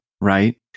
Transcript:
right